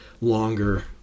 longer